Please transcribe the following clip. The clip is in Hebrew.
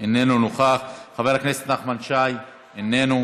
אינו נוכח, חבר הכנסת נחמן שי, אינו נוכח,